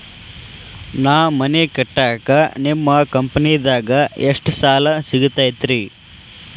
ನಾ ಮನಿ ಕಟ್ಟಾಕ ನಿಮ್ಮ ಕಂಪನಿದಾಗ ಎಷ್ಟ ಸಾಲ ಸಿಗತೈತ್ರಿ?